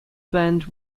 bend